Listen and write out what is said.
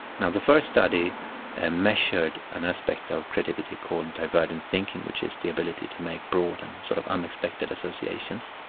and the first study ah measured an aspect of creativity called divergent thinking, which is the ability to make broad and sort of unexpected associations.